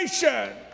generation